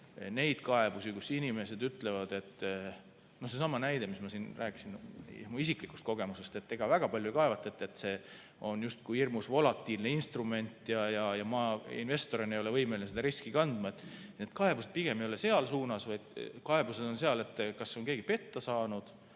neid kaebusi – seesama näide, mis ma siin rääkisin oma isiklikust kogemusest –, ega väga palju ei kaevata, et see on justkui hirmus volatiilne instrument ja ma investorina ei ole võimeline seda riski kandma. Need kaebused pigem ei ole seal suunas, vaid kaebused on seal, et kas on keegi petta saanud,